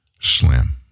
slim